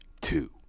two